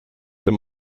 dem